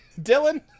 Dylan